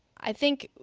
i think